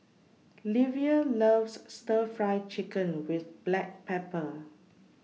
Livia loves Stir Fry Chicken with Black Pepper